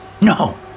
No